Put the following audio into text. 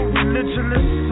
religious